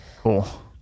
cool